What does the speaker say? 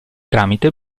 tramite